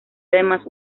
además